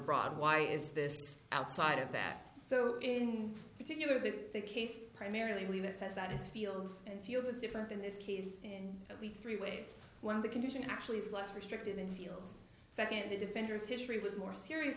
broad why is this outside of that so in particular that the case primarily the sense that it's fields and fields is different in this case and at least three ways one of the condition actually is less restrictive in heels second the defenders history was more serious